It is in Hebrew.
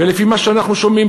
ולפי מה שאנחנו שומעים,